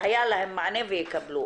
שהיה להם מענה ויקבלו,